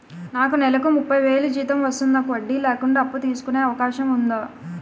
నాకు నేలకు ముప్పై వేలు జీతం వస్తుంది నాకు వడ్డీ లేకుండా అప్పు తీసుకునే అవకాశం ఉందా